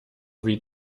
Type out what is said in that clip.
wie